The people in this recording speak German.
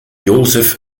joseph